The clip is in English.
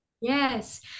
Yes